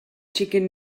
chicken